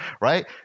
right